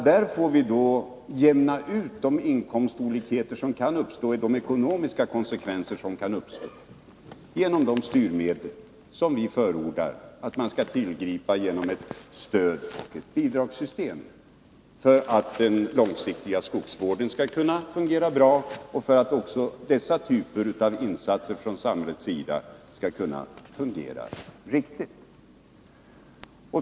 Där får vi då jämna ut de ekonomiska konsekvenserna genom de styrmedel Nr 118 som vi förordar att man skall tillgripa genom ett stöd och ett bidragssystem för att den långsiktiga skogsvården skall kunna fungera bra och för att också dessa typer av insatser från samhällets sida skall kunna fungera riktigt.